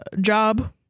Job